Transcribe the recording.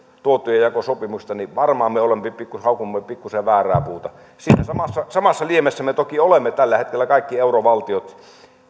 tuottojenjakosopimuksesta niin varmaan me haukumme pikkuisen väärää puuta siinä samassa samassa liemessä me kaikki toki olemme tällä hetkellä kaikki eurovaltiot